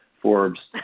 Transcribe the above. Forbes